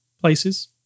places